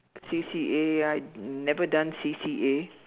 C_C_A I'd never done C_C_A